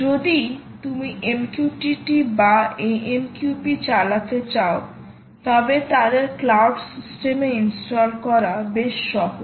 যদি তুমি MQTT বা AMQP চালাতে চাও তবে তাদের ক্লাউড সিস্টেমে ইনস্টল করা বেশ সহজ